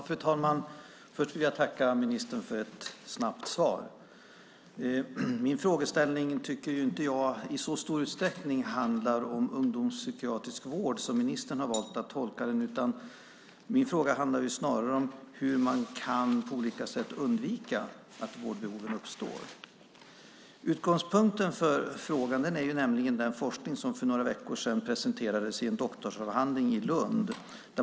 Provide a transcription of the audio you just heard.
Fru talman! Först vill jag tacka ministern för ett snabbt svar. Min frågeställning tycker jag inte i så stor utsträckning handlar om ungdomspsykiatrisk vård, som ministern har valt att tolka den. Min fråga handlar snarare om hur man på olika sätt kan undvika att vårdbehoven uppstår. Utgångspunkten för frågan är nämligen den forskning som för några veckor sedan presenterades i en doktorsavhandling i Lund.